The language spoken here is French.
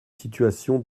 situations